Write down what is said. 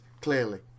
clearly